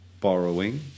borrowing